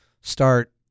start